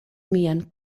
mian